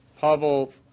Pavel